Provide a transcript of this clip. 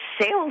sales